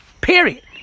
Period